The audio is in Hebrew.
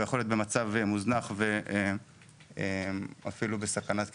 שהוא מוזנח ואפילו בסכנת קריסה.